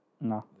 No